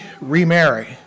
remarry